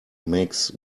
makes